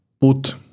put